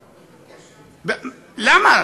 למה?